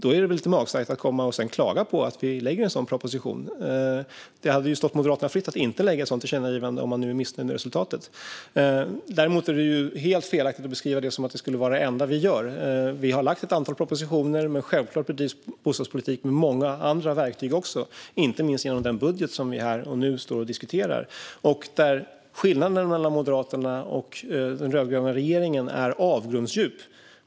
Då är det lite magstarkt att sedan komma och klaga på att vi lägger fram en sådan proposition. Det hade stått Moderaterna fritt att inte ställa sig bakom ett sådant tillkännagivande, om de nu var missnöjda med resultatet. Det är helt felaktigt att beskriva det som att det skulle vara det enda vi gjort. Vi har lagt fram ett antal propositioner, men självfallet bedrivs bostadspolitik med många andra verktyg också, inte minst den budget som vi här och nu står och diskuterar. Skillnaden mellan Moderaterna och den rödgröna regeringen är avgrundsdjup.